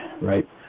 right